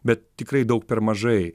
bet tikrai daug per mažai